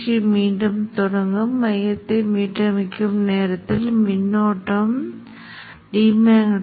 காந்தக் களத்திற்குள் மையத்தில் உள்ள ஊடுருவல் கொள்ளளவு அல்லது மின்தேக்கியைப் போலவே செயல்படுகிறது